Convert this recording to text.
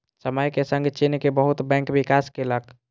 समय के संग चीन के बहुत बैंक विकास केलक